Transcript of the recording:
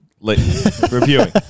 reviewing